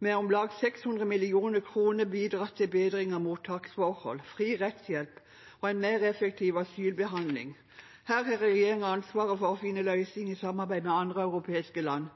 med om lag 600 mill. kr bidratt til bedring av mottaksforhold, fri rettshjelp og en mer effektiv asylbehandling. Her har regjeringen ansvaret for å finne løsninger i samarbeid med andre europeiske land,